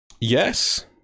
Yes